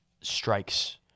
strikes